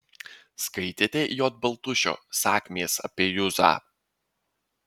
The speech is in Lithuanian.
skaitėte j baltušio sakmės apie juzą